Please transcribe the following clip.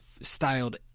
styled